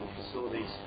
facilities